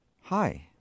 Hi